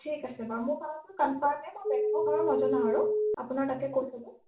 ঠিক আছে বাৰু মোৰ ফালৰ পৰা কনফাৰ্মে মই বেলেগক আৰু নজনাও আৰু আপোনাৰ তাতে কৈ থ'লো